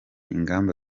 ingamba